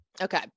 Okay